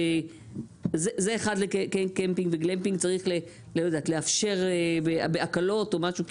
זה אחד לקמפינג וגלמפינג צריך לאפשר הקלות או משהו.